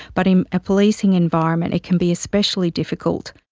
but in a policing environment it can be especially difficult.